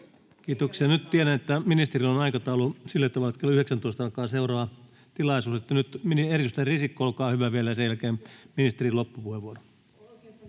Kiitoksia. — Nyt tiedän, että ministerillä on aikataulu sillä tavalla, että kello 19 alkaa seuraava tilaisuus. — Nyt vielä edustaja Risikko, olkaa hyvä, ja sen jälkeen ministerin loppupuheenvuoro.